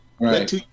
Right